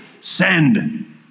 Send